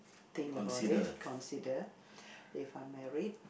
think about it consider if I'm married